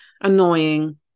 annoying